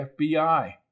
FBI